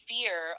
Fear